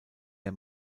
der